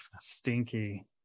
stinky